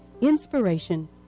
inspiration